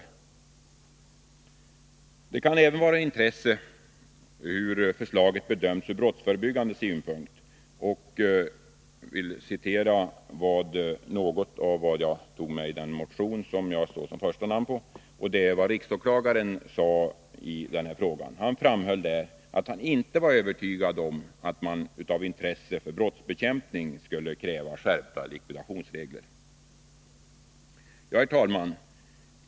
Vidare kan det vara av intresse att veta hur förslaget bedömts ur brottsförebyggande synpunkt. I den motion där jag står som första namn har vi redovisat riksåklagarens synpunkt. Riksåklagaren framhöll exempelvis att han inte var övertygad om att man av intresse för brottsbekämpning skulle kräva skärpta likvidationsregler. Herr talman!